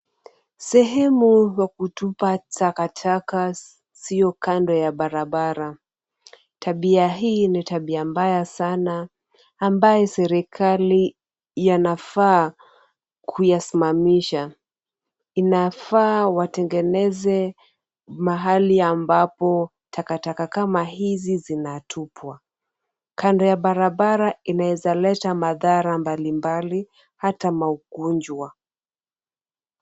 Sehemu kwa kutupa takataka sio kando ya barabara. Tabia hii ni tabia mbaya sana ambaye serikali yanafaa kuyasimamisha. Inafaa watengeneze mahali ambapo takataka kama hizi zinatupwa. Kando ya barabara inaweza leta madhara mbalimbali hata maugonjwa.